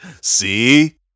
See